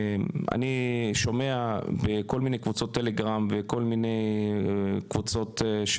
אני שומע בכל מיני קבוצות טלגרם וכל מיני קבוצות של